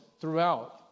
throughout